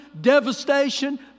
devastation